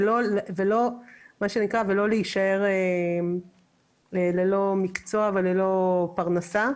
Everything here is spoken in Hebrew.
ולא להישאר ללא מקצוע וללא פרנסה.